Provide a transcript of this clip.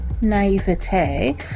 naivete